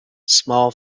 small